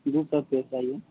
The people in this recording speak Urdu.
فروٹ سب فریس چاہیے